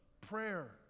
prayer